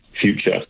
future